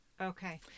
Okay